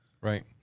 Right